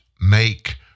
make